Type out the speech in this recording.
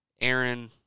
Aaron